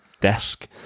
desk